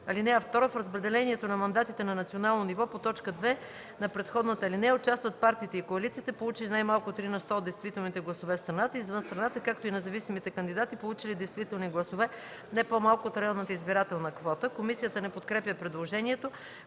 № 1. (2) В разпределението на мандатите на национално ниво по т. 2 на предходната алинея участват партиите и коалициите, получили най-малко 3 на сто от действителните гласове в страната и извън страната, както и независимите кандидати, получили действителни гласове не по-малко от районната избирателна квота.” Комисията не подкрепя предложението.